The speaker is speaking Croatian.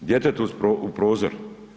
Djetetu u prozor.